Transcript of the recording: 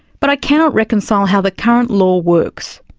but i cannot reconcile how the current law works.